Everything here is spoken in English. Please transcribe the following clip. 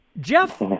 Jeff